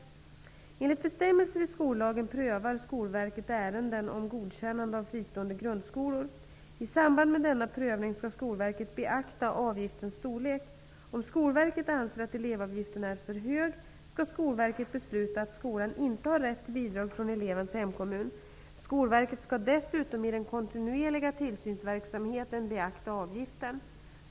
Enligt bestämmelser i skollagen prövar Skolverket ärenden om godkännande av fristående grundskolor. I samband med denna prövning skall Skolverket beakta avgiftens storlek. Om Skolverket besluta att skolan inte har rätt till bidrag från elevens hemkommun. Skolverket skall dessutom i den kontinuerliga tillsynsverksamheten beakta avgiften.